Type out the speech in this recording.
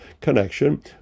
connection